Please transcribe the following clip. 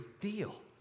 deal